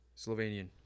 Slovenian